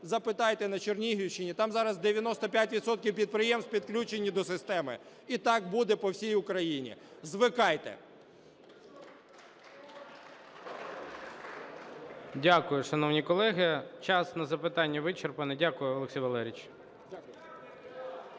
Запитайте на Чернігівщині, там зараз 95 відсотків підприємств підключені до системи. І так буде по всій Україні. Звикайте! ГОЛОВУЮЧИЙ. Дякую, шановні колеги. Час на запитання вичерпаний. Дякую, Олексій Валерійович.